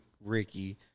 Ricky